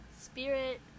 spirit